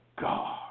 God